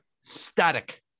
Static